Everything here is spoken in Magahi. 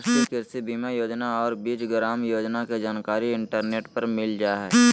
राष्ट्रीय कृषि बीमा योजना और बीज ग्राम योजना के जानकारी इंटरनेट पर मिल जा हइ